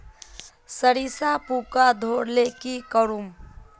सरिसा पूका धोर ले की करूम?